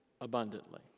abundantly